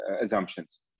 assumptions